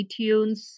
iTunes